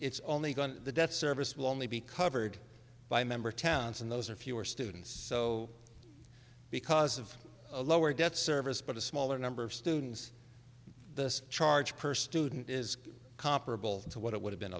it's only going to the debt service will only be covered by member towns and those are fewer students so because of a lower debt service but a smaller number of students the charge per student is comparable to what it would have been